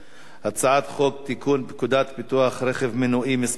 חוק לתיקון פקודת ביטוח רכב מנועי (מס' 20)